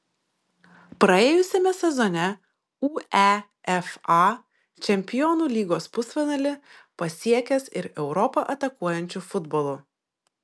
praėjusiame sezone uefa čempionų lygos pusfinalį pasiekęs ir europą atakuojančiu futbolu